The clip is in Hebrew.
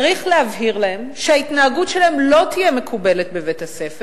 צריך להבהיר להם שההתנהגות שלהם לא תהיה מקובלת בבית-הספר,